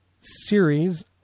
series